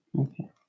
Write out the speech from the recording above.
Okay